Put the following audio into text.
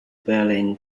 berlin